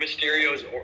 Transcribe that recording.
Mysterio's